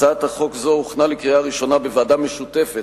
הצעת חוק זו הוכנה לקריאה ראשונה בוועדה משותפת